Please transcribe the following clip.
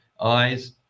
eyes